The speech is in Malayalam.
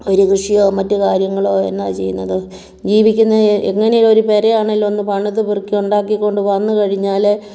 ഒരു കൃഷിയോ മറ്റ് കാര്യങ്ങളോ എന്നാ ചെയ്യുന്നത് ജീവിക്കുന്നത് എങ്ങനെ ഒരു പെര ആണേലും ഒന്ന് പണിത് പെറുക്കി ഉണ്ടാക്കി കൊണ്ട് വന്നുകഴിഞ്ഞാൽ